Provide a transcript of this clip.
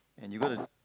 and you would